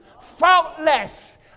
faultless